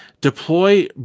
deploy